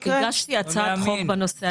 הגשתי הצעת חוק בנושא.